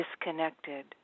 disconnected